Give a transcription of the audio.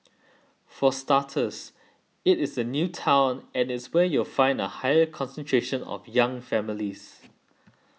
for starters it is a new town and it's where you'll find a higher concentration of young families